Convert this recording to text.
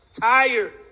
Tired